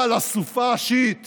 אבל הסופה השיעית